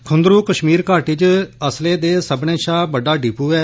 खुन्दरू कश्मीर घाटी च असले दा सब्मने शा बड्डा डिप् ऐ